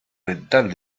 mental